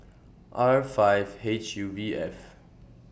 R five H U V F